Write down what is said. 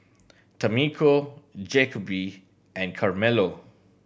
Tamiko Jacoby and Carmelo